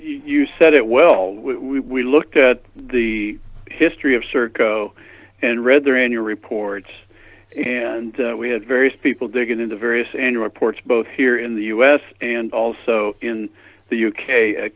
you said it well we looked at the history of serco and read their annual reports and we had various people digging into various and reports both here in the u s and also in the u